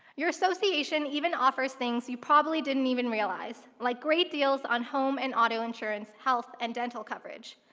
your association even offers things you probably didn't even realize, like great deals on home and auto insurance, health, and dental coverage.